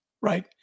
right